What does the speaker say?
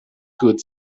could